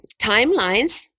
timelines